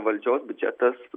valdžios biudžetas